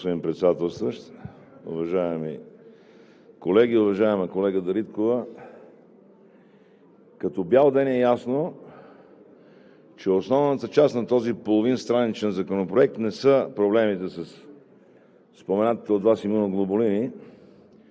Председателстващ. Уважаеми колеги! Уважаема колега Дариткова, като бял ден е ясно, че основната част на този половинстраничен законопроект не са проблемите със споменатите от Вас имуноглобулини